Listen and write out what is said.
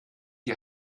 die